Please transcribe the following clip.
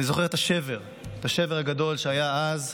אני זוכר את השבר, את השבר הגדול שהיה אז,